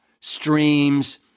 streams